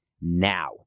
now